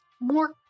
More